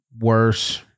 worse